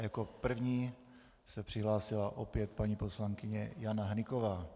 Jako první se přihlásila opět paní poslankyně Jana Hnyková.